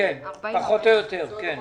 פחות או יותר, כן.